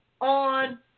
on